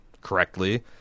correctly